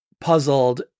puzzled